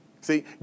See